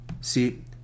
see